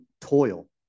toil